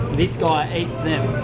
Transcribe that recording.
this guy eats them.